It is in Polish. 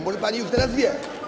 Może pani już teraz wie?